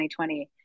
2020